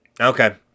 Okay